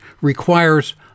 requires